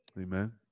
Amen